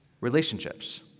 relationships